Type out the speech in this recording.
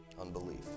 Unbelief